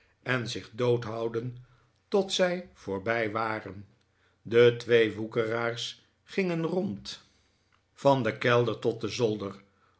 en zich dood houden tot zij voorbij waren de twee woekeraars gingen rond van den kelder tot den zolder